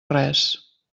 res